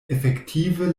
efektive